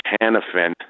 Hannafin